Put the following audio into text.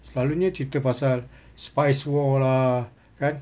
selalunya cerita pasal spice war lah kan